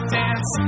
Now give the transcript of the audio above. dance